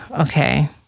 okay